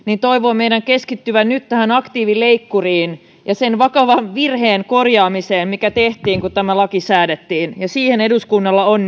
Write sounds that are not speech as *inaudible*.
toivovat meidän keskittyvän nyt tähän aktiivileikkuriin ja sen vakavan virheen korjaamiseen mikä tehtiin kun tämä laki säädettiin siihen eduskunnalla on *unintelligible*